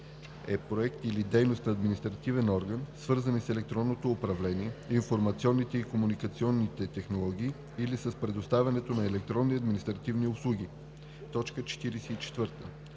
е проект или дейност на административен орган, свързани с електронното управление, информационните и комуникационните технологии или с предоставянето на електронни административни услуги. 44.